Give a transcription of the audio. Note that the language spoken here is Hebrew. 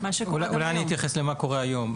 אני אתייחס למה שקורה היום,